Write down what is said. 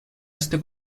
este